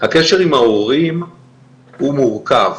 הקשר עם ההורים הוא מורכב,